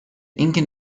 incan